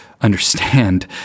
understand